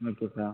okay sir